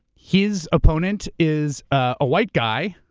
his opponent is a white guy.